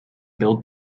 build